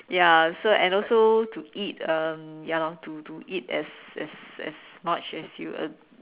ya so and also to eat um ya lor to to eat as as as much as you as